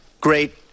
great